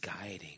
guiding